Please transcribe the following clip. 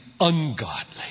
ungodly